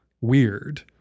weird